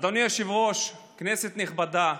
אדוני היושב-ראש, כנסת נכבדה,